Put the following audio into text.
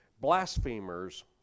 blasphemers